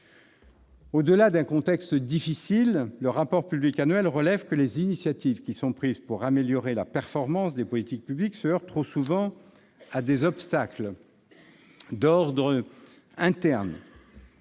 Au-delà de ce contexte, le rapport public annuel relève que les initiatives qui sont prises pour améliorer la performance des politiques publiques se heurtent trop souvent à des obstacles d'ordre interne,